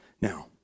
Now